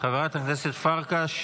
חברת הכנסת פרקש,